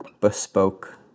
bespoke